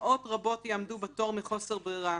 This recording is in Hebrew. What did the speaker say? מאות רבות יעמדו בתור מחוסר ברירה.